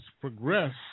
progress